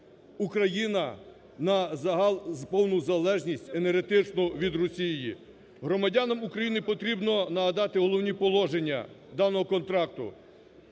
Україна на загал, повну залежність енергетичну від Росії. Громадянам України потрібно нагадати головні положення даного контракту,